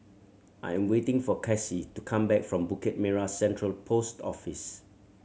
I am waiting for Casie to come back from Bukit Merah Central Post Office